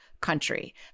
country